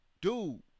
Dude